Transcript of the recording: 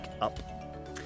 up